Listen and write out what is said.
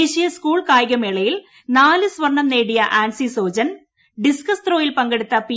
ദേശീയ സ്കൂൾ കായിക മേളയിൽ നാല് സ്വർണം നേടിയ ആൻസി സോജൻ ഡിസ്കസ് ത്രോയിൽ പങ്കെടുത്ത പി